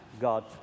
god